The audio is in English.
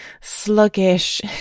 sluggish